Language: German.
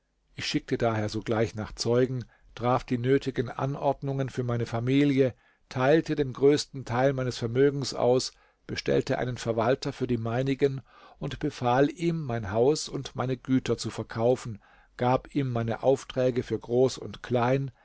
ich schickte daher sogleich nach zeugen traf die nötigen anordnungen für meine familie teilte den größten teil meines vermögens aus bestellte einen verwalter für die meinigen und befahl ihm mein haus und meine güter zu verkaufen gab ihm meine aufträge für groß und klein